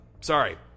sorry